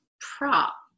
prop